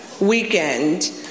weekend